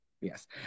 Yes